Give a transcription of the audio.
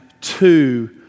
two